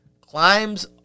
climbs